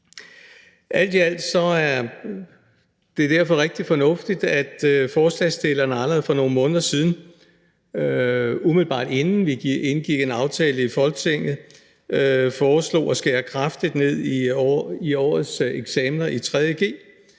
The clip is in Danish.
Alt i alt er det derfor rigtig fornuftigt, at forslagsstillerne allerede for nogle måneder siden, umiddelbart inden vi indgik en aftale i Folketinget, foreslog at skære kraftigt ned på årets eksamener i 3.